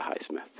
Highsmith